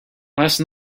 last